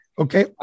Okay